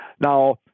Now